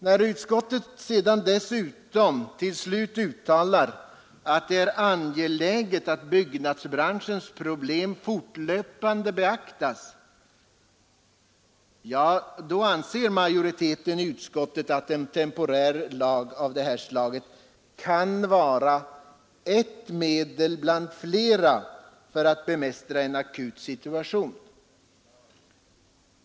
När utskottet sedan dessutom till slut uttalar att det är angeläget att byggnadsbranschens problem fortlöpande beaktas — ja, då anser majoriteten i utskottet att en temporär lag av detta slag kan vara ett medel bland flera att bemästra en akut situation.